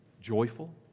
joyful